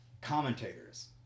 commentators